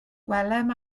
gwelem